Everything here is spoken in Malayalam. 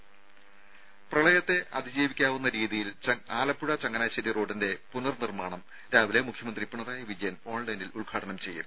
രും രീതിയിൽ അതിജീവിക്കാവുന്ന പ്രളയത്തെ ആലപ്പുഴ ചങ്ങനാശ്ശേരി റോഡിന്റെ പുനർ നിർമ്മാണം രാവിലെ മുഖ്യമന്ത്രി പിണറായി വിജയൻ ഓൺലൈനിൽ ഉദ്ഘാടനം ചെയ്യും